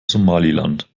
somaliland